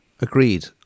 Agreed